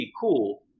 Cool